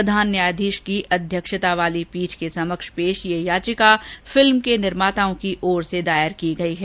प्रधान न्यायाधीश की अध्यक्षता वाली पीठ के समक्ष पेश यह याचिका फिल्म के निर्माताओं की ओर से दायर की गई है